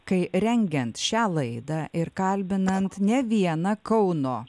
kai rengiant šią laidą ir kalbinant ne vieną kauno